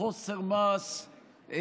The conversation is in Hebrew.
חוסר מעש,